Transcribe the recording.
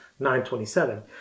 9.27